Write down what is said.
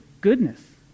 goodness